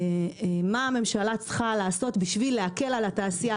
מה הממשלה צריכה לעשות בשביל להקל על התעשייה,